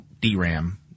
DRAM